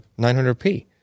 900p